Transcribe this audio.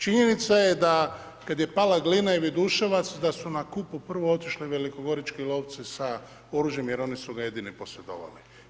Činjenica je da kad je pala Glina i Viduševac da su na Kupu prvo otišli velikogorički lovci sa oružjem jer oni su ga jedino posjedovali.